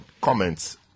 comments